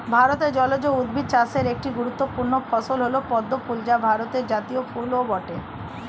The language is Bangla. ভারতে জলজ উদ্ভিদ চাষের একটি গুরুত্বপূর্ণ ফসল হল পদ্ম ফুল যা ভারতের জাতীয় ফুলও বটে